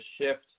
shift